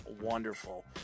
wonderful